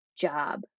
job